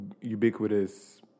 ubiquitous